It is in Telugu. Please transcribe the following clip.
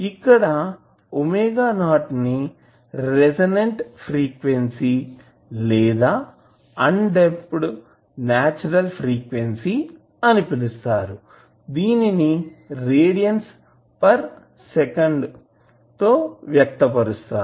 ఇక్కడ ⍵0 ని రెసోనెంట్ ఫ్రీక్వెన్సీ లేదా అన్డంప్డ్ నేచురల్ ఫ్రీక్వెన్సీ అని పిలుస్తారు దీనిని రేడియన్స్ పర్ సెకండ్ తో వ్యక్తపరుస్తారు